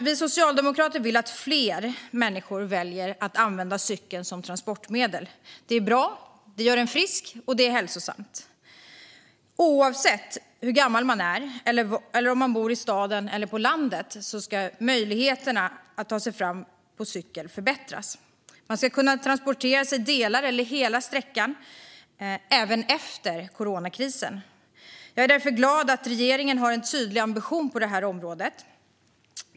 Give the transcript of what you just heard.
Vi socialdemokrater vill att fler ska välja att använda cykeln som transportmedel. Det är bra, det gör en frisk och det är hälsosamt. Oavsett hur gammal man är eller om man bor i en stad eller på landet ska möjligheterna att ta sig fram på cykel förbättras. Man ska kunna transportera sig delar av eller hela sträckan även efter coronakrisen. Jag är därför glad att regeringen har en tydlig ambition på området.